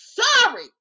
sorry